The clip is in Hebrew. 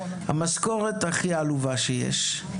המשכורת הכי עלובה שיש,